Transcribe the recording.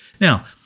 Now